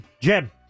Jim